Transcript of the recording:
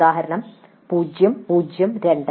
ഉദാഹരണം 002